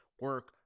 Work